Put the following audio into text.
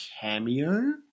cameo